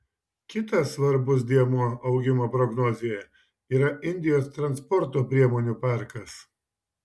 kitas svarbus dėmuo augimo prognozėje yra indijos transporto priemonių parkas